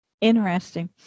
Interesting